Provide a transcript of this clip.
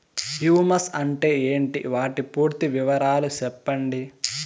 Humus అంటే ఏంటి? వాటి పూర్తి వివరాలు సెప్పండి?